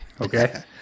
Okay